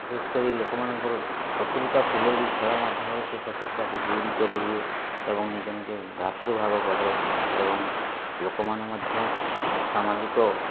ବିଶେଷ କରି ଲୋକମାନଙ୍କର ଶତ୍ରୁତା ଥିଲେ ବି ଖେଳ ମାଧ୍ୟମରେ ସେ ଶତ୍ରୁତାକୁ ଦୂର କରିହୁଏ ଏବଂ ନିଜ ନିଜ ଭାତୃଭାବ ବଢ଼େ ଏବଂ ଲୋକମାନେ ମଧ୍ୟ ସାମାଜିକ